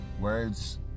words